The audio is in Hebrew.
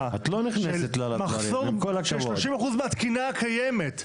של מחסור של שלושים אחוז מהתקינה הקיימת,